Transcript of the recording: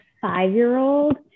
five-year-old